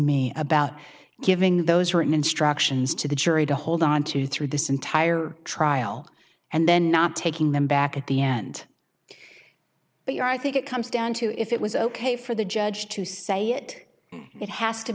me about giving those written instructions to the jury to hold on to through this entire trial and then not taking them back at the end but i think it comes down to if it was ok for the judge to say it it has to